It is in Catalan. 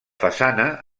façana